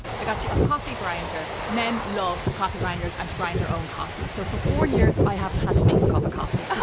i got you a coffee grinder. men love coffee grinders and to grind their own coffee so for four years i haven't had to make a cup of coffee